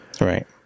Right